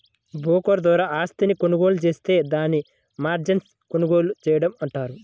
broker ద్వారా ఆస్తిని కొనుగోలు జేత్తే దాన్ని మార్జిన్పై కొనుగోలు చేయడం అంటారు